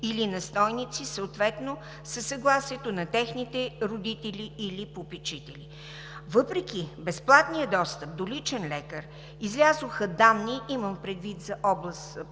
или настойници, съответно със съгласието на техните родители или попечители“. Въпреки безплатния достъп до личен лекар, излязоха данни – имам предвид област